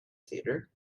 theater